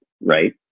right